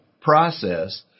process